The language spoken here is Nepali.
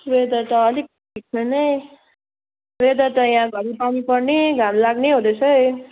वेदर त अलिक ठिक छैन है वेदर त यहाँ घरि पानी पर्ने घाम लाग्ने हुँदैछ है